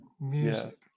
music